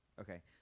Okay